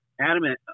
adamant